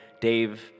Dave